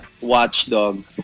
watchdog